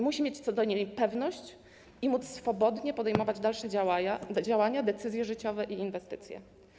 Musi mieć co do niego pewność i móc swobodnie podejmować dalsze działania, decyzje życiowe i inwestycje.